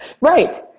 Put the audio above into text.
Right